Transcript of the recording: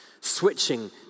switching